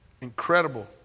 Incredible